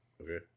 Okay